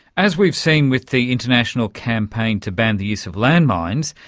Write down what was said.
as we've seen with the international campaign to ban the use of landmines,